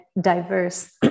diverse